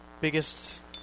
biggest